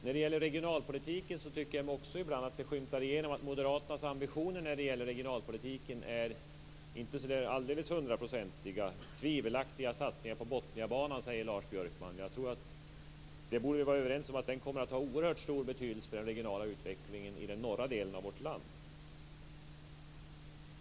Jag tycker att det när det gäller regionalpolitiken skymtar fram att moderaternas ambitioner inte är så hundraprocentiga. Lars Björkman säger att det är tvivelaktiga satsningar på Botniabanan. Vi borde vara överens om att banan kommer att ha en oerhört stor betydelse för den regionala utvecklingen i den norra delen av vårt land.